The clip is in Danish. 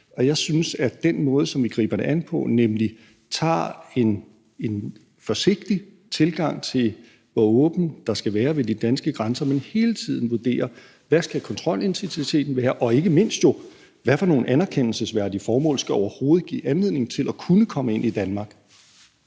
i dag – og den måde, som vi griber det an på, er, at vi tager en forsigtig tilgang til, hvor åbent der skal være ved de danske grænser, men hele tiden vurderer, hvad kontrolintensiteten skal være, og jo ikke mindst hvad for nogle anerkendelsesværdige formål der overhovedet skal give anledning til at kunne komme ind i Danmark.